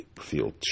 feel